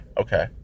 okay